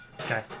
Okay